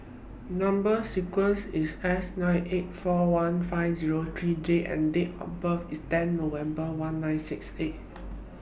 Number sequence IS S nine eight four one five Zero three J and Date of birth IS ten November one nine six eight